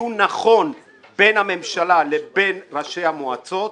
דיון נכון בין הממשלה לבין ראשי המועצות,